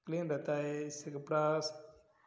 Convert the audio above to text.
plane रहता है इससे कपड़ा